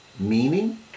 meaning